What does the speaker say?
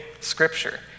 scripture